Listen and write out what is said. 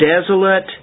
desolate